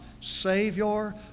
Savior